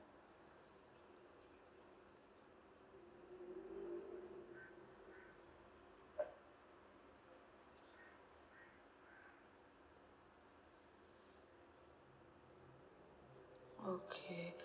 okay